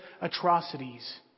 atrocities